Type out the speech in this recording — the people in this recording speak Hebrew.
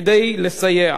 כדי לסייע,